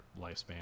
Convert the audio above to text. lifespan